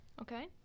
Okay